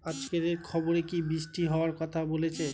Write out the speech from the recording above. আজকের খবরে কি বৃষ্টি হওয়ায় কথা বলেছে?